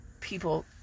people